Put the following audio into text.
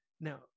now